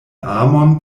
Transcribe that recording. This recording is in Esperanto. amon